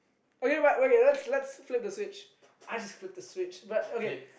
okay but okay let's let's flip the switch I just flipped the switch but okay